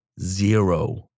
Zero